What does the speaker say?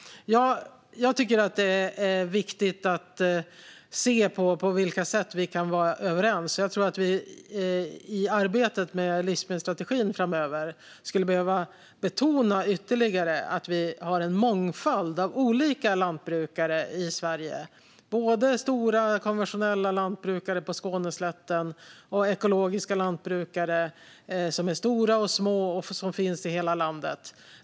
Jag tycker att det är viktigt att se på vilka sätt vi kan vara överens på. Jag tror att vi i arbetet med livsmedelsstrategin framöver skulle behöva betona ytterligare att vi har en mångfald av olika lantbrukare i Sverige. Vi har både stora konventionella lantbrukare på Skåneslätten och ekologiska lantbrukare som är både stora och små och som finns i hela landet.